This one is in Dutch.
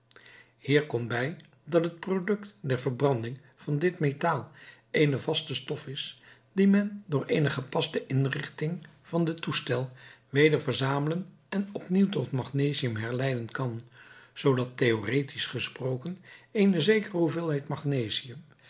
hier komt bij dat het product der verbranding van dit metaal eene vaste stof is die men door eene gepaste inrichting van den toestel weder verzamelen en op nieuw tot magnesium herleiden kan zoodat theoretisch gesproken eene zekere hoeveelheid magnesium